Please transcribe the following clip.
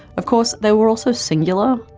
of course they were also singular,